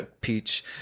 peach